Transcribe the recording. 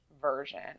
Version